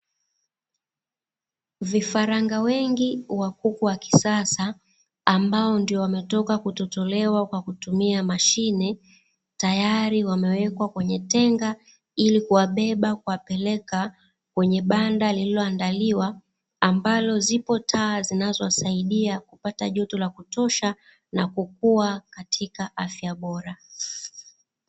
Vifaranga wengi wa kuku wa kisasa, ambao ndo wametoka kutotolewa kwa kutumia mashine, tayari wamewekwa kwenye tenga ili kuwabeba kuwapeleka kwenye banda lililoandaliwa, ambalo zipo taa zinazowasaidia kupata joto la kutosha na kukua katika afya bora.